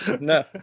No